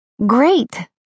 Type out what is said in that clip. Great